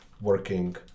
working